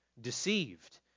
deceived